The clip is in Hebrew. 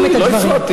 אני שמעתי